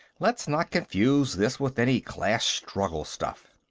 let's not confuse this with any class-struggle stuff.